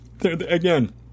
again